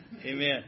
Amen